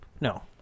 No